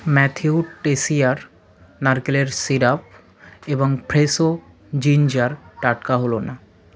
Matthew Tessier নারকেলের syrup এবং ফ্রেশো জিঞ্জার টাটকা হলো না